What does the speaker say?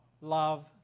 love